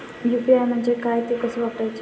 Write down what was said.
UPI म्हणजे काय, ते कसे वापरायचे?